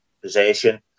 possession